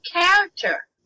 character